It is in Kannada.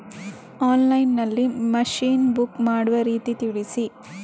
ಆನ್ಲೈನ್ ನಲ್ಲಿ ಮಷೀನ್ ಬುಕ್ ಮಾಡುವ ರೀತಿ ತಿಳಿಸಿ?